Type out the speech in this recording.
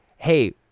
hey